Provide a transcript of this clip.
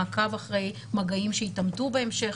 מעקב אחרי מגעים שהתאמתו בהמשך,